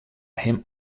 him